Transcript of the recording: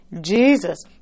Jesus